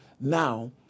now